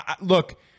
Look